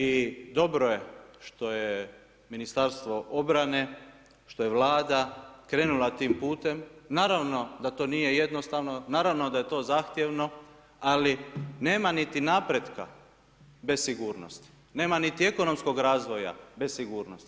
I dobro je što je Ministarstvo obrane, što je Vlada krenula tim putem, naravno da to nije jednostavno, naravno da je to zahtjevno, ali nema niti napretka bez sigurnosti, nema niti ekonomskog razvoja bez sigurnosti.